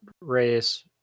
race